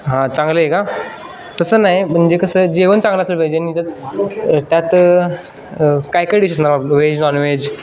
हां चांगलं आहे का तसं नाही म्हणजे कसं जेवण चांगलं असलं पाहिजे त्यात काय काय डिश असणार व्हेज नॉनव्हेज